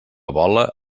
vola